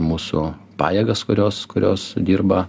mūsų pajėgas kurios kurios dirba